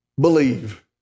Believe